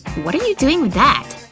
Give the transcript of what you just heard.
what are you doing with that!